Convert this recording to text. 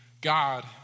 God